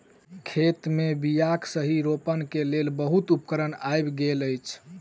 खेत मे बीयाक सही रोपण के लेल बहुत उपकरण आइब गेल अछि